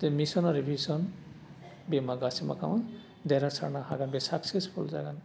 दे mission आरो vision बे मा गासै मा खालामो देरहासारनो हागोन बे साकसेसपुल जागोन